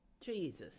Jesus